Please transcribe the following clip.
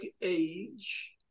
age